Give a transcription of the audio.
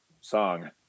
song